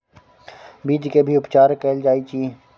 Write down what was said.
बीज के भी उपचार कैल जाय की?